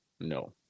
No